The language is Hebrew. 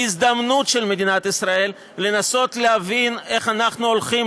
היא הזדמנות של מדינת ישראל: לנסות להבין איך אנחנו הולכים